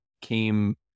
came